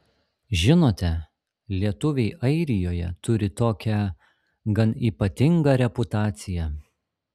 žinote lietuviai airijoje turi tokią gan ypatingą reputaciją